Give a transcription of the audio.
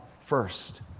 first